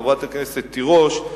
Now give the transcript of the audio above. חברת הכנסת תירוש,